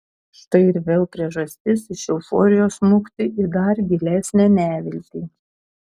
štai ir vėl priežastis iš euforijos smukti į dar gilesnę neviltį